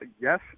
Yes